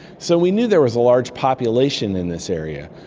so we knew there was a large population in this area.